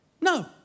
no